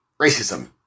racism